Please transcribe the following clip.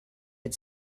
had